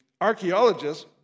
archaeologists